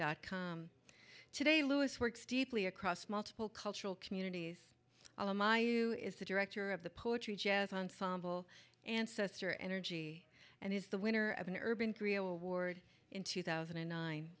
dot com today louis works directly across multiple cultural communities oh my you is the director of the poetry jazz ensemble ancestor energy and he's the winner of an urban three award in two thousand and nine